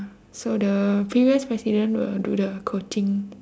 so the previous president will do the coaching